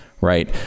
right